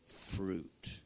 fruit